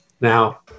Now